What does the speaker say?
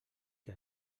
que